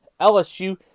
LSU